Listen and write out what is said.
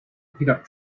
pickup